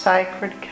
Sacred